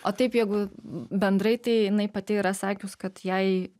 o taip jeigu bendrai tai jinai pati yra sakius kad jei